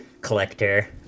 collector